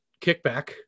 kickback